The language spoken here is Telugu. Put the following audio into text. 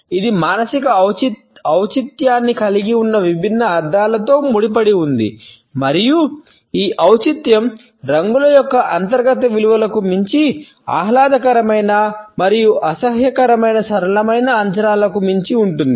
ఇది మానసిక ఔచిత్యాన్ని కలిగి ఉన్న విభిన్న అర్ధాలతో ముడిపడి ఉంది మరియు ఈ ఔచిత్యం రంగుల యొక్క అంతర్గత విలువలకు మించి ఆహ్లాదకరమైన మరియు అసహ్యకరమైన సరళమైన అంచనాలకు మించి ఉంటుంది